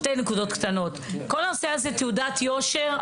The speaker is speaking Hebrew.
כל הנושא הזה תעודת יושר,